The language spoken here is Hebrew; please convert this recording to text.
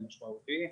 משמעותי.